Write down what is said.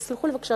תסלחו לי בבקשה,